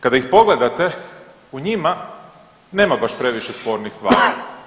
Kada ih pogledate u njima nema baš previše spornih stvari.